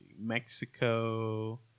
Mexico